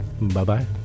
Bye-bye